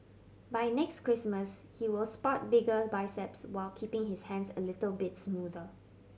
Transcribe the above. by next Christmas he will spot bigger biceps while keeping his hands a little bit smoother